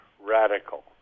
radical